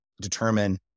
determine